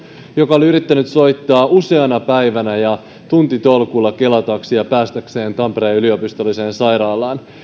joka oli yrittänyt soittaa useana päivänä ja tuntitolkulla kela taksia päästäkseen tampereen yliopistolliseen sairaalaan